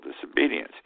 disobedience